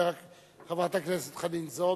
חברת הכנסת חנין זועבי.